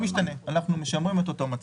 נכון, לא משתנה, אנחנו משמרים את אותו מצב.